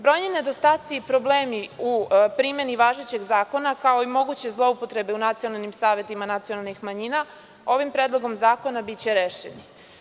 Brojni nedostaci i problemi u primeni važećeg zakona, kao i moguće zloupotrebe u nacionalnim savetima nacionalnih manjina, ovim Predlogom zakona biće rešeni.